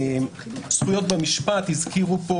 זכויות המשפט הזכירו פה